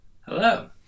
hello